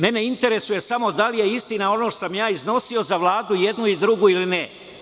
Mene interesuje samo da li je istina ono što sam ja iznosio za Vladu, i jednu i drugu, ili ne?